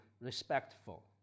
respectful